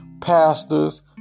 pastors